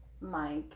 Mike